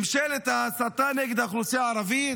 על ממשלת ההסתה נגד האוכלוסייה הערבית?